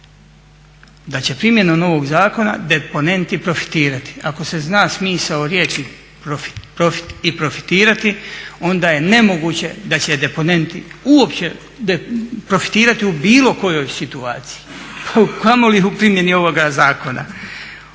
da će primjenom novog zakona deponenti profitirati. Ako se zna smisao riječi profit i profitirati onda je nemoguće da će deponenti uopće pofitirati u bilo kojoj situaciji, a kamoli u primjeni ovoga zakona.